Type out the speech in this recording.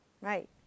right